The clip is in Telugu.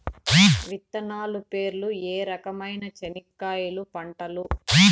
విత్తనాలు పేర్లు ఏ రకమైన చెనక్కాయలు పంటలు?